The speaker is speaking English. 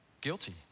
guilty